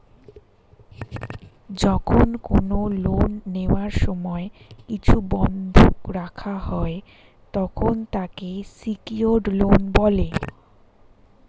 যখন কোন লোন নেওয়ার সময় কিছু বন্ধক রাখা হয়, তখন তাকে সিকিওরড লোন বলে